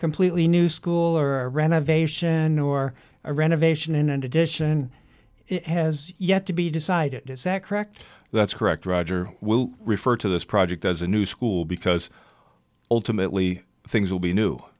completely new school or a renovation or a renovation in addition it has yet to be decided is that correct that's correct roger will refer to this project as a new school because ultimately things will be new